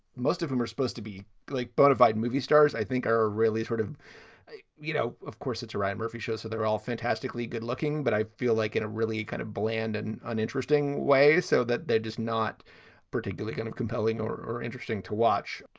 most of whom are supposed to be like bona fide movie stars, i think are really sort of you know, of course, it's ryan murphy show. so they're all fantastically good looking. but i feel like in a really kind of bland and uninteresting way so that they're just not particularly kind of compelling or interesting to watch.